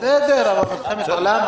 בשעה 09:15 מתחיל הדיון.